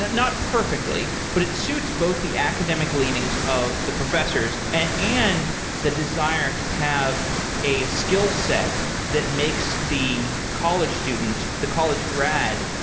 not perfectly, but it suits both the academic leanings of the professors and and the desire to have a skillset that makes the college student, the college grad,